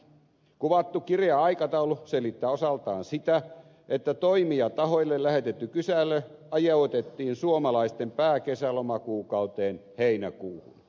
kuvattu kireä aikataulu selittää osaltaan sitä että toimijatahoille lähetetty kysely ajoitettiin suomalaisten pääkesälomakuukauteen heinäkuuhun